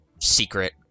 secret